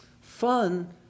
Fun